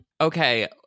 Okay